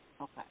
Okay